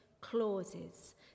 clauses